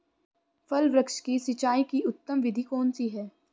फल वृक्ष की सिंचाई की उत्तम विधि कौन सी है?